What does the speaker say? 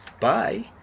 Bye